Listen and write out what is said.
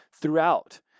throughout